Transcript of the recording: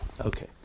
Okay